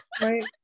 Right